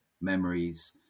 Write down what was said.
memories